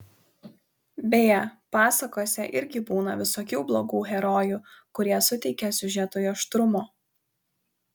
beje pasakose irgi būna visokių blogų herojų kurie suteikia siužetui aštrumo